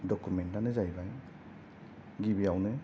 डकुमेन्टआनो जाहैबाय गिबिआवनो